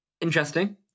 Interesting